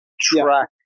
track